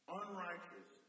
unrighteous